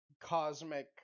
cosmic